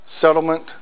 settlement